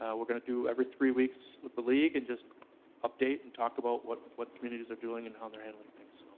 we're gonna do every three weeks with the league, and just update and talk about what what communities are doing and how they're handling things.